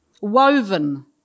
woven